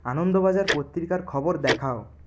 আনন্দবাজার পত্রিকার খবর দেখাও